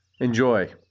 Enjoy